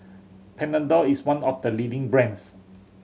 Panadol is one of the leading brands